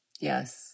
Yes